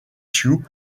sioux